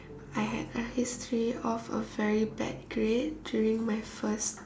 I had a history of a very bad grade during my first